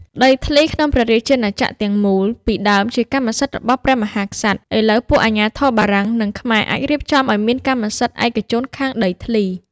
ដីធ្លីក្នុងព្រះរាជាណាចក្រទាំងមូល ពីដើមជាកម្មសិទ្ធិរបស់ព្រះមហាក្សត្រ ឥឡូវពួកអាជ្ញាធរបារាំង និងខ្មែរអាចរៀបចំឱ្យមានកម្មសិទ្ធិឯកជនខាងដីធ្លី។